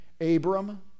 Abram